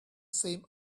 same